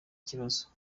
ikibazo